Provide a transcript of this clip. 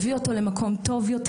הביאו אותם למקום טוב יותר.